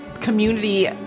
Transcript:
community